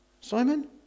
Simon